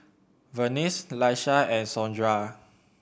Venice Laisha and Sondra